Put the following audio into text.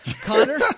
Connor